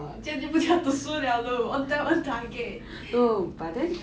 这样就不需要读书了咯 own time own target